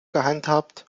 gehandhabt